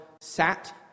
sat